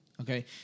Okay